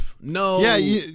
No